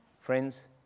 Friends